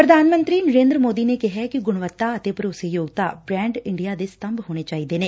ਪੁਧਾਨ ਮੰਤਰੀ ਨਰੇਦਰ ਮੋਦੀ ਨੇ ਕਿਹੈ ਕਿ ਗੁਣਵੱਤਾ ਅਤੇ ਭਰੋਸੇਯੋਗਤਾ ਬੂੈਡ ਇੰਡੀਆ ਦੇ ਸੰਤਭ ਹੋਣੇ ਚਾਹੀਦੇ ਨੇ